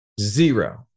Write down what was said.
Zero